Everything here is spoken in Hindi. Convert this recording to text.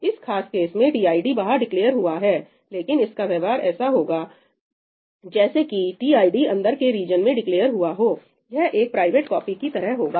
इस खास केस में टीआईडी बाहर डिक्लेअर हुआ है लेकिन इसका व्यवहार ऐसा होगा जैसे कि की टीआईडी अंदर के रीजन में डिक्लेअर हुआ हो यह एक प्राइवेट कॉपी की तरह होगा